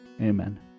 Amen